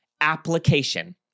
application